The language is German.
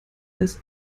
als